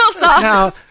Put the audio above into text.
Now